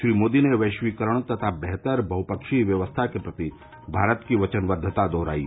श्री मोदी ने वैश्वीकरण तथा बेहतर बहफ्वीय व्यवस्था के प्रति भारत की वचनबद्वता दोहरायी